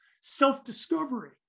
self-discovery